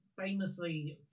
famously